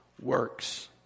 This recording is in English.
works